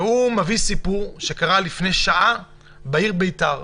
הוא מביא סיפור שקרה לפני שעה בעיר בית"ר.